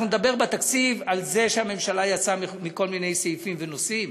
אנחנו נדבר בתקציב על זה שהממשלה יצאה מכל מיני סעיפים ונושאים,